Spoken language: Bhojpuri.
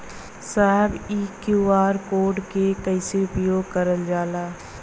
साहब इ क्यू.आर कोड के कइसे उपयोग करल जाला?